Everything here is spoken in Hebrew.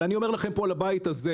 אבל אני אומר לבית הזה,